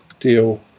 Deal